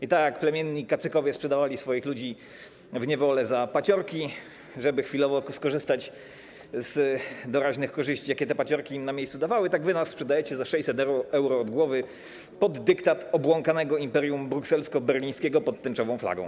I tak jak plemienni kacykowie sprzedawali swoich ludzi w niewolę za paciorki, żeby chwilowo skorzystać z doraźnych korzyści, jakie te paciorki im na miejscu dawały, tak wy nas sprzedajecie za 600 euro od głowy pod dyktat obłąkanego imperium brukselsko-berlińskiego pod tęczową flagą.